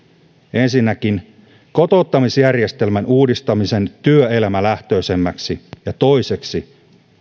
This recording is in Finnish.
ensinnäkin kotouttamisjärjestelmän uudistamisen työelämälähtöisemmäksi ja toiseksi